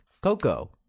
Coco